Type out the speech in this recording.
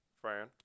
Fran